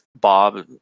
Bob